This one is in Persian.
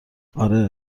آره